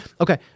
okay